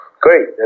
great